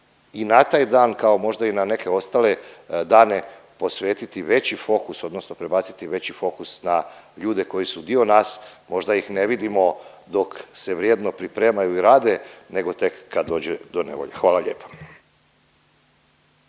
i na taj dan kao i možda na neke ostale dane posvetiti veći fokus odnosno prebaciti veći fokus na ljude koji su dio nas. Možda ih ne vidimo dok se vrijedno pripremaju i rade nego tek kad dođe do nevolje. Hvala lijepa.